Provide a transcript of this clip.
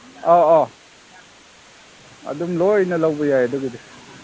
ꯑꯧ ꯑꯧ ꯑꯗꯨꯝ ꯂꯣꯏꯅ ꯂꯧꯕ ꯌꯥꯏ ꯑꯗꯨꯒꯤꯗꯤ